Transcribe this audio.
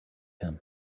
him